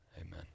amen